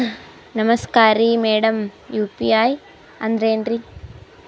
ನಮಸ್ಕಾರ್ರಿ madam UPI ಅಂದ್ರೆನ್ರಿ?